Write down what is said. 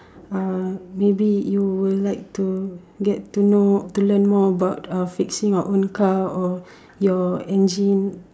uh maybe you will like to get to to learn more about uh fixing your own car or your engine